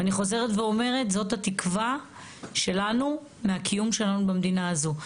ואני חוזרת ואומרת זו התקווה שלנו מהקיום שלנו במדינה הזאת.